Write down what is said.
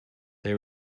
they